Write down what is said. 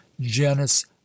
genus